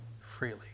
freely